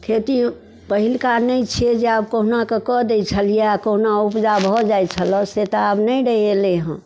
खेती पहिलका नहि छियै जे आब कहुना कऽ कऽ दै छलियै कहुना उपजा भऽ जाइत छलै से तऽ आब नहि रहि गेलै हँ